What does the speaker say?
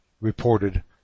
reported